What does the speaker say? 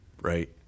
Right